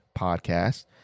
podcast